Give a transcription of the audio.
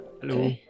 Hello